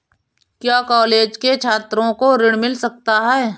क्या कॉलेज के छात्रो को ऋण मिल सकता है?